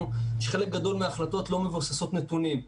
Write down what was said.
שחלק גדול מההחלטות לא מבוססות נתונים.